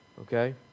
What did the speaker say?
Okay